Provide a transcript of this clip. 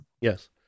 Yes